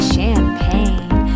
Champagne